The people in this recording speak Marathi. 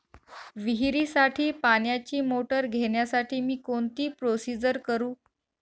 विहिरीसाठी पाण्याची मोटर घेण्यासाठी मी कोणती प्रोसिजर करु?